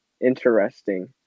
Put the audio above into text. interesting